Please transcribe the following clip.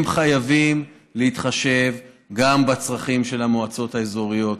הם חייבים להתחשב גם בצרכים של המועצות האזוריות.